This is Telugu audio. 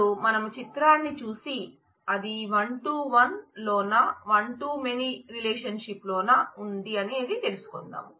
ఇపుడు మనం చిత్రాన్ని చూసి అది one to one లోన one to many రిలేషన్షిప్ లో ఉందా అనేది తెలుసుకుందాం